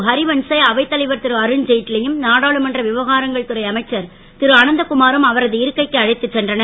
ஹரிவன்ஸை அவைத் தலைவர் திருஅருண்ஜேட்லியும் நாடாளுமன்ற விவகாரங்கள் துறை அமைச்சர் திருஅனந்தகுமாரும் அவரது இருக்கைக்கு அழைத்து சென்றனர்